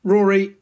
Rory